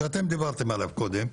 שאתם דיברתם עליו קודם,